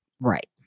Right